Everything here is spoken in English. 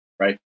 Right